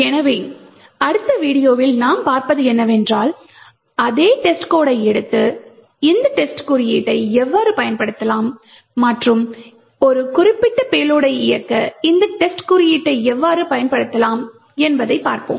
எனவே அடுத்த வீடியோவில் நாம் பார்ப்பது என்னவென்றால் அதே டெஸ்ட்கோடை எடுத்து இந்த டெஸ்ட் குறியீட்டை எவ்வாறு பயன்படுத்தலாம் மற்றும் ஒரு குறிப்பிட்ட பேலோடை இயக்க இந்த டெஸ்ட் குறியீட்டை எவ்வாறு செயல்படுத்தலாம் என்பதைப் பார்ப்போம்